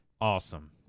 Awesome